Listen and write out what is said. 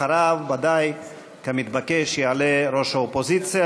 אחריו, ודאי, כמתבקש, יעלה ראש האופוזיציה.